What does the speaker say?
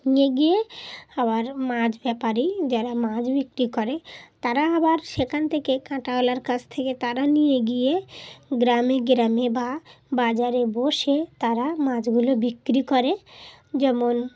নিয়ে গিয়ে আবার মাছ ব্যাপারে যারা মাছ বিক্রি করে তারা আবার সেখান থেকে কাঁটাওয়ালার কাছ থেকে তারা নিয়ে গিয়ে গ্রামে গ্রামে বা বাজারে বসে তারা মাছগুলো বিক্রি করে যেমন